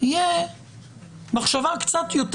תהיה מחשבה קצת יותר.